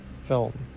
film